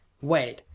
Wait